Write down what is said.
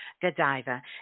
Godiva